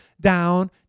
down